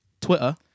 Twitter